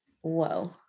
whoa